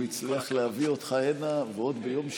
הוא הצליח להביא אותך הנה ועוד ביום שלישי.